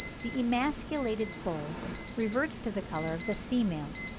the emasculated bull reverts to the colour of the female.